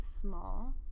small